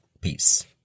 Peace